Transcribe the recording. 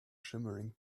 shimmering